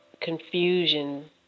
confusion